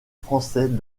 français